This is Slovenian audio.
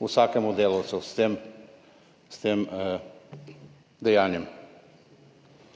vsakemu delavcu s tem dejanjem.